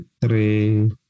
three